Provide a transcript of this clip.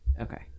Okay